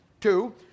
Two